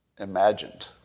imagined